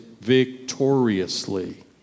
victoriously